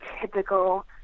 typical